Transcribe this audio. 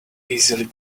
easily